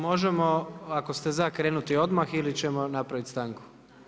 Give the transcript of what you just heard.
Možemo ako ste za krenuti odmah ili ćemo napraviti stanku?